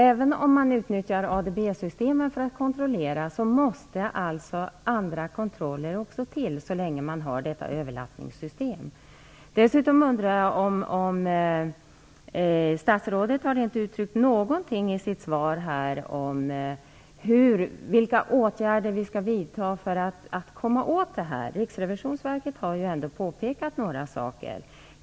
Även om man nu använder ADB-systemet i kontrollarbetet måste också ytterligare kontroller till så länge man har detta överlappningssystem. Statsrådet har inte uttryckt något i sitt svar om vilka åtgärder vi skall vidta för att komma åt det här. Riksrevisionsverket har ju ändå påpekat några saker.